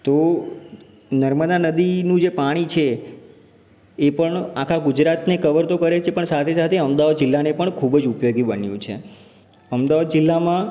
તો નર્મદા નદીનું જે પાણી છે એ પણ આખા ગુજરાતને કવર તો કરે જ છે પણ સાથે સાથે અમદાવાદ જિલ્લાને પણ ખૂબ જ ઉપયોગી બન્યું છે અમદાવાદ જીલ્લામાં